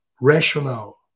rational